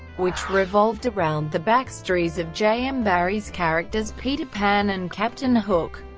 which revolved around the backstories of j m. barrie's characters peter pan and captain hook.